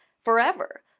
forever